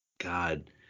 God